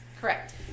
Correct